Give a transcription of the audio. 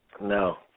No